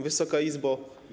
Wysoka Izbo!